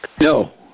No